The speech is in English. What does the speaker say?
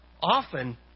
often